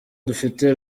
dufite